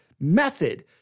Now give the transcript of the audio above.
method